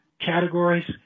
categories